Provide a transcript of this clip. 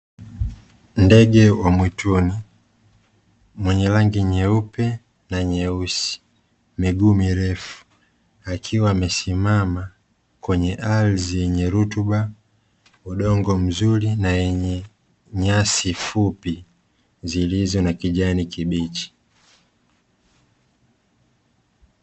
Ndege wa mwituni mwenye rangi nyeupe na nyeusi, miguu mirefu, akiwa amesimama kwenye ardhi yenye rutuba, udongo mzuri, na yenye nyasi fupi zilizo na kijani kibichi.